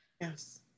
Yes